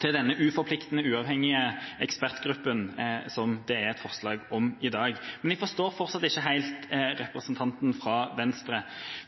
til den uforpliktende, uavhengige ekspertgruppen som det er et forslag om i dag. Jeg forstår fortsatt ikke helt representanten fra Venstre,